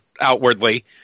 outwardly